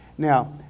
Now